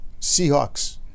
Seahawks